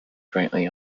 jointly